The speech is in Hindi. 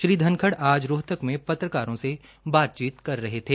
श्री धनखड़ आज रोहतक में पत्रकारों से बातचीत कर रहे थे